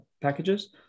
packages